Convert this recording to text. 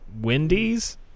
Wendy's